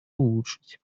улучшить